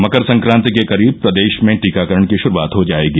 मकर संक्रांति के करीब प्रदेश में टीकाकरण की शुरूआत हो जायेगी